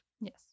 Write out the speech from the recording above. Yes